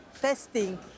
testing